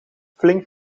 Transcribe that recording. flink